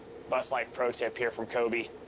bus life pro tip here from coby.